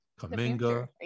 Kaminga